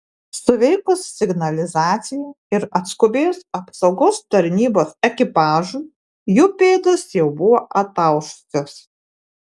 suveikus signalizacijai ir atskubėjus apsaugos tarnybos ekipažui jų pėdos jau buvo ataušusios